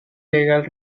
legal